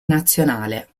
nazionale